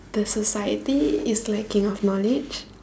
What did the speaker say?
the society is lacking of knowledge